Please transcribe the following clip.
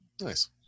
nice